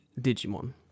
digimon